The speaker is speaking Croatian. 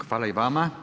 Hvala i vama.